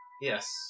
Yes